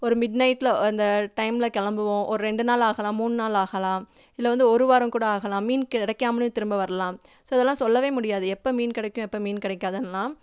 ஒரு மிட்நைட்ல அந்த டைம்ல கிளம்புவோம் ஒரு ரெண்டு நாள் ஆகலாம் மூன்று நாள் ஆகலாம் இல்லை வந்து ஒரு வாரம் கூட ஆகலாம் மீன் கிடைக்காமலியும் திரும்ப வரலாம் ஸோ இதெல்லாம் சொல்லவே முடியாது எப்போ மீன் கிடைக்கும் எப்போ மீன் கிடைக்காதுன்லாம்